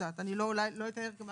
אני רוצה להתייחס לדברים שנאמרו פה.